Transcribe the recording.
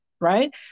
right